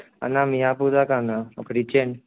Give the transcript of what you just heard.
అన్నా మియాపూర్ దాకా అన్నా ఒకటి ఇచ్చేయండి